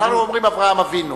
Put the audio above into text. אנחנו אומרים "אברהם אבינו".